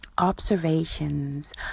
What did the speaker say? observations